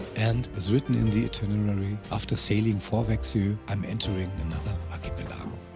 and, as written in the itinerary, after sailing four vaeksio, i am entering another archipelago.